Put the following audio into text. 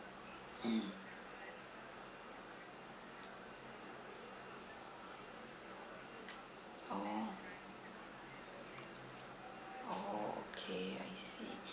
mm oh oo okay I see